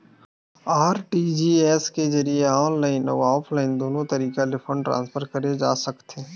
RTGS के जरिए online अउ ऑफलाइन दुनो तरीका ले फंड ट्रांसफर करे जा सकथे